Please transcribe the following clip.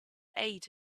ate